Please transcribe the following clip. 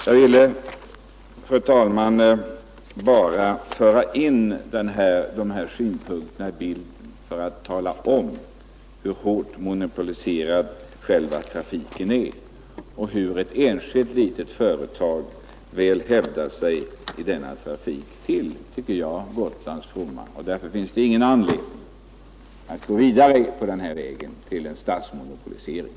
Jag ville, fru talman, bara föra in de här synpunkterna i bilden för att tala om hur hårt monopoliserad trafiken är och hur ett enskilt litet företag enligt min mening väl hävdar sig i denna trafik till Gotlands fromma. Därför finns det ingen anledning att gå vidare på vägen till en statsmonopolisering.